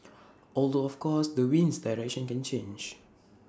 although of course the wind's direction can change